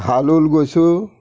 হাললোল গৈছোঁ